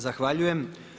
Zahvaljujem.